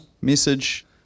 message